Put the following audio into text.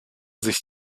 sich